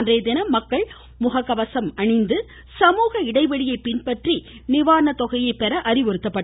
அன்றைய தினம் மக்கள் முக கவசம் அணிந்து சமூக இடைவெளியை பின்பற்றி நிவாரணத்தொகையை பெற அறிவுறுத்தப்பட்டுள்ளது